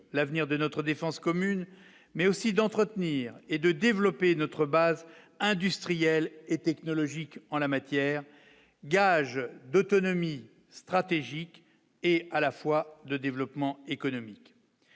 l'avenir de notre défense commune, mais aussi d'entretenir et de développer notre base industrielle et technologique en la matière, gage d'autonomie stratégique et à la fois le développement économique,